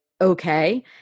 okay